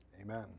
amen